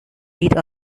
meet